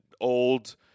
old